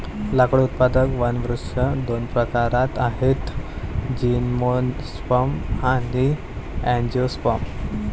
लाकूड उत्पादक वनवृक्ष दोन प्रकारात आहेतः जिम्नोस्पर्म आणि अँजिओस्पर्म